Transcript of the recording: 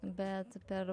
bet per